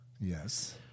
Yes